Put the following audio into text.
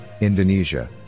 indonesia